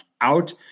out